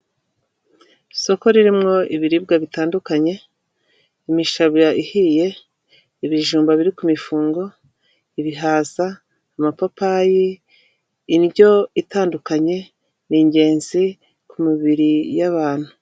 Isoko ririmo ibiribwa bitandukanye, imishabira ihiye, ibijumba biri ku mifungo, ibihaza amapapayi, indyo itandukanye ni ingenzi ku mibiri y'abantu.